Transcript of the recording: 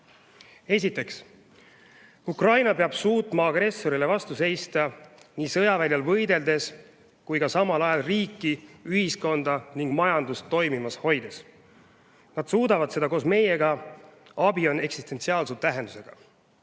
Esiteks, Ukraina peab suutma agressorile vastu seista nii sõjaväljal võideldes kui ka samal ajal riiki, ühiskonda ja majandust toimimas hoides. Nad suudavad seda koos meiega, abi on eksistentsiaalse tähendusega.